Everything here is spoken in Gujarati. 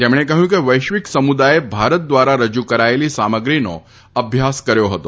તેમણે કહ્યું કે વૈશ્વિક સમુદાયે ભારત દ્વારા રજુ કરાયેલી સામગ્રીનો અભ્યાસ કર્યો હતો